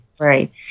Right